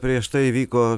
prieš tai įvyko